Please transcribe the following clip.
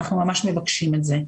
אנחנו ממש מבקשים את זה.